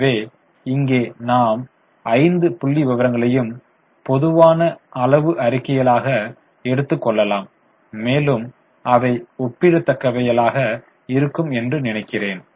எனவே இங்கே நாம் 5 புள்ளிவிவரங்களையும் பொதுவான அளவு அறிக்கைகளாக எடுத்துக் கொள்வோம் மேலும் அவை ஒப்பிடத்தக்கவைகளாக இருக்கும் என்று நினைக்கிறேன்